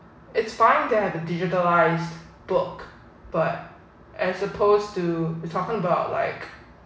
it's fine they have a digitalised book but is supposed to you talking about like